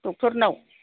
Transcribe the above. doctor नियाव